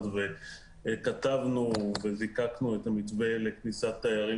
כתבנו וזיקקנו את המתווה לכניסת תיירות